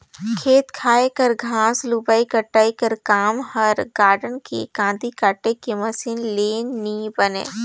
खेत खाएर कर घांस लुबई कटई कर काम हर गारडन के कांदी काटे के मसीन ले नी बने